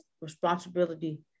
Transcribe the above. responsibility